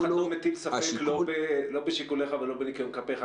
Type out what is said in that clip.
אף אחד לא מטיל ספק לא בשיקוליך ולא בניקיון כפיך.